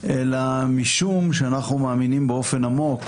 אלא משום שאנחנו מאמינים באופן עמוק